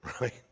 right